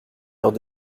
heure